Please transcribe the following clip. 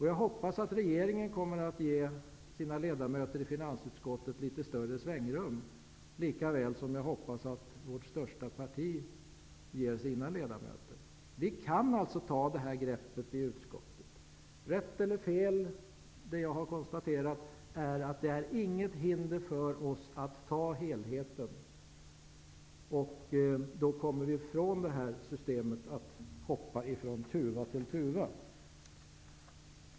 Jag hoppas att regeringen kommer att ge sina representanter i finansutskottet litet större svängrum, lika väl som jag hoppas att vårt största parti ger sina ledamöter det. Vi kan alltså ta greppet i utskottet. Rätt eller fel, men jag har konstaterat att det inte är några hinder för oss att se till helheten. Då kommer vi ifrån detta att hoppa från tuva till tuva.